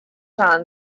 john